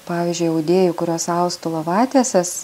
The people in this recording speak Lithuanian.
pavyzdžiui audėjų kurios austų lovatieses